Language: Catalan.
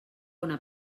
una